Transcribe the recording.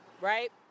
right